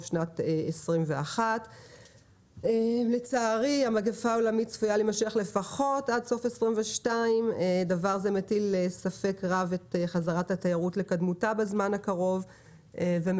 שנת 2021. לצערי המגפה העולמית צפויה להימשך לפחות עד סוף 2022. דבר זה מטיל ספק רב את חזרת התיירות לקדמותה בזמן הקרוב ומציב